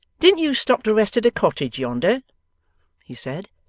didn't you stop to rest at a cottage yonder he said.